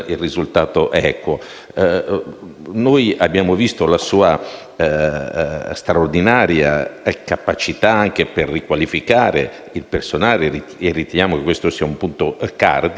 abbiamo visto la sua straordinaria capacità anche nel riqualificare il personale e riteniamo che questo sia un punto cardine, perché pensiamo che